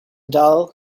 dull